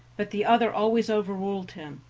but the other always overruled him.